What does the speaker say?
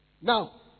Now